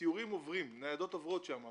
סיורים עוברים, ניידות עוברות שם.